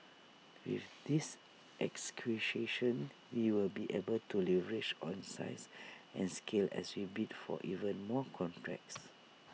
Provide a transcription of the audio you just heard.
with this we will be able to leverage on size and scale as we bid for even more contracts